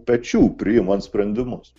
pečių priimant sprendimus